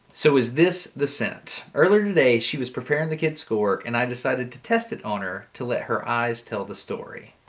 so is this the scent. earlier today she was preparing the kids schoolwork and i decided to test it on her to let her eyes tell the story.